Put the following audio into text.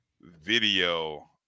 video